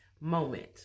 moment